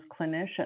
clinicians